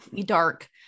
dark